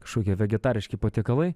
kažkokie vegetariški patiekalai